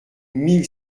mille